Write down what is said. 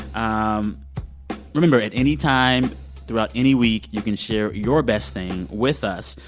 um remember, at any time throughout any week, you can share your best thing with us.